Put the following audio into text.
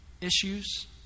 issues